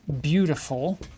beautiful